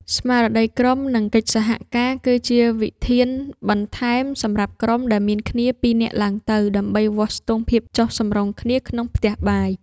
ស្មារតីក្រុម និងកិច្ចសហការ គឺជាវិធានបន្ថែមសម្រាប់ក្រុមដែលមានគ្នាពីរនាក់ឡើងទៅ ដើម្បីវាស់ស្ទង់ភាពចុះសម្រុងគ្នាក្នុងផ្ទះបាយ។